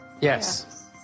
Yes